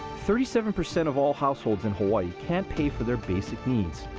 thirty seven percent of all households in hawai'i can't pay for their basic needs.